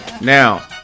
Now